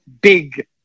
big